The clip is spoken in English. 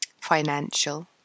financial